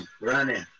running